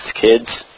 kids